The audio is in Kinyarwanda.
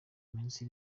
iminsi